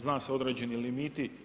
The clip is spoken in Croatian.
Zna se određeni limiti.